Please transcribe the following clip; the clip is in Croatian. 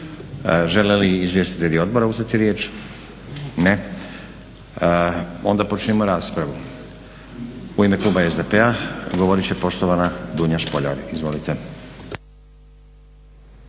Žele li izvjestitelji odbora uzeti riječ? Ne. Onda počnimo raspravu. U ime kluba SDP-a govorit će poštovana Dunja Špoljar. Izvolite.